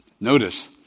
Notice